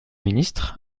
ministre